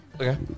Okay